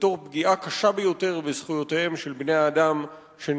ותוך פגיעה קשה ביותר בזכויותיהם של בני-אדם, של